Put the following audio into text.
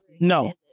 no